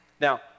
Now